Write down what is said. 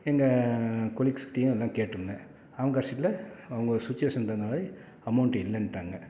எங்கள் கொலீக்ஸ்கிட்டேயும் எல்லாம் கேட்டிருந்தேன் அவங்க கடைசியில் அவங்க சுச்சுவேஷனுக்கு தகுந்த மாதிரி அமௌண்ட் இல்லைன்ட்டாங்க